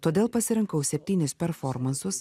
todėl pasirinkau septynis performansus